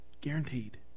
guaranteed